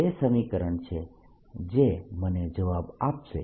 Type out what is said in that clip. આ તે સમીકરણ છે જે મને જવાબ આપશે